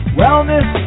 wellness